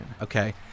Okay